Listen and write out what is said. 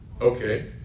Okay